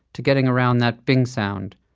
to getting around that ping sound.